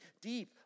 Deep